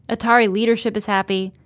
atari leadership is happy.